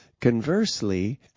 Conversely